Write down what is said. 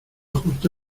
justo